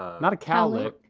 ah not a cowlick.